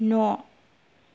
न'